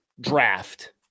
draft